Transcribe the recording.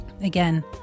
Again